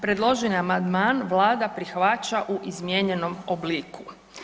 Predloženi amandman vlada prihvaća u izmijenjenom obliku.